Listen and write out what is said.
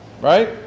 right